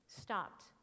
stopped